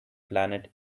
planet